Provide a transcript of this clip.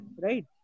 right